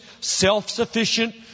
self-sufficient